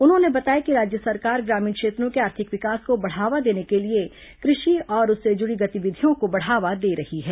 उन्होंने बताया कि राज्य सरकार ग्रामीण क्षेत्रों के आर्थिक विकास को बढ़ावा देने के लिए कृषि और उससे जुड़ी गतिविधियों को बढ़ावा दे रही है